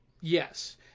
Yes